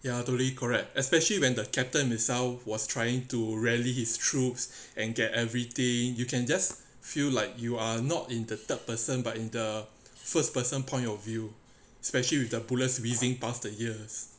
ya totally correct especially when the captain itself was trying to rally his troops and get everything you can just feel like you are not in the third person but in the first person point of view especially with the bullets whizzing past the ears